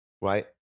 right